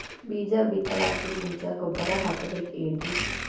ಬೀಜ ಬಿತಲಾಕಿನ್ ಮುಂಚ ಗೊಬ್ಬರ ಹಾಕಬೇಕ್ ಏನ್ರೀ?